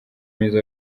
myiza